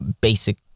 basic